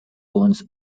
bones